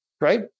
right